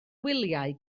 wyliau